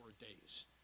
days